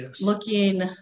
looking